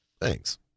Thanks